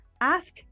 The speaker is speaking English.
ask